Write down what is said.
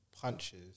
punches